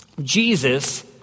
jesus